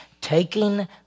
taking